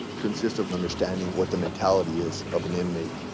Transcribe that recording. consists of understanding what the mentality is of an inmate.